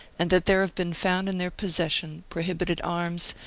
and that there have been found in their possession prohibited arms,